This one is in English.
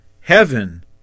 heaven